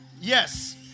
Yes